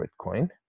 Bitcoin